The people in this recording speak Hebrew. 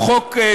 או חוק 40:80,